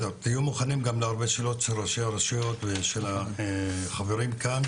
תהיו מוכנים גם להרבה שאלות של ראשי הרשויות ושל החברים כאן.